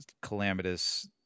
calamitous